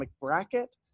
bracket